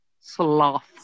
sloth